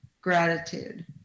gratitude